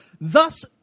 Thus